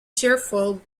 cheerful